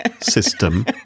system